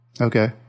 Okay